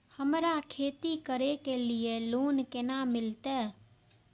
हमरा खेती करे के लिए लोन केना मिलते?